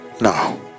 now